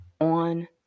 on